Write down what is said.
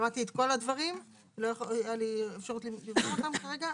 שמעתי את כל הדברים ולא הייתה לי אפשרות לרשום אותם כרגע,